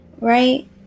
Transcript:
right